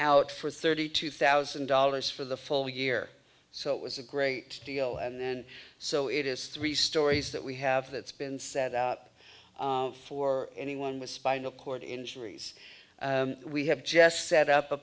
out for thirty two thousand dollars for the full year so it was a great deal and so it is three stories that we have that's been set up for anyone with spinal cord injuries we have just set up a